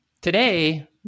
today